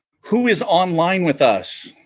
who is online with us